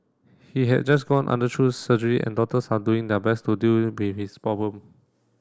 he had just gone surgery and doctors are doing their best to deal with his problem